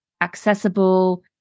accessible